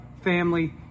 family